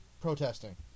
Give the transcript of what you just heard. protesting